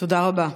תודה רבה.